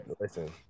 listen